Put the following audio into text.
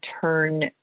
turn